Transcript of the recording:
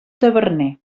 taverner